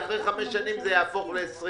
שאחרי חמש שנים זה יהפוך ל-24.